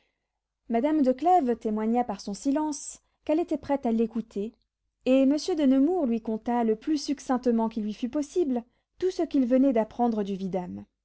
madame de clèves témoigna par son silence qu'elle était prête à l'écouter et monsieur de nemours lui conta le plus succinctement qu'il lui fut possible tout ce qu'il venait d'apprendre du vidame